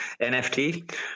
nft